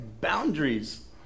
boundaries